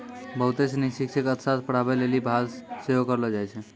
बहुते सिनी शिक्षक अर्थशास्त्र पढ़ाबै लेली बहाल सेहो करलो जाय छै